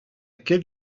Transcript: quelle